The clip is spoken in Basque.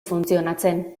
funtzionatzen